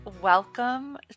welcome